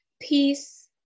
peace